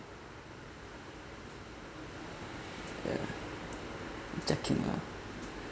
ya checking lah